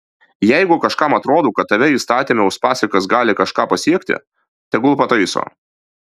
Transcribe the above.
jeigu kažkam atrodo kad tame įstatyme uspaskichas gali kažką pasiekti tegul pataiso